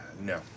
No